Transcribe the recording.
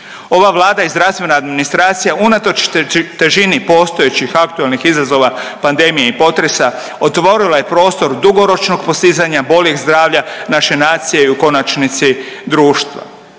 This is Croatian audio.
Ova Vlada i zdravstvena administracija unatoč težini postojećih aktualnih izazova pandemije i potresa otvorila je prostor dugoročnog postizanja boljeg zdravlja naše nacije i u konačnici, društva.